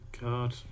God